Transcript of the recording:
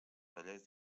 tallers